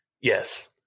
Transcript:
Yes